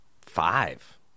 five